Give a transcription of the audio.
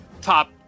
top